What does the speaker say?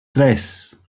tres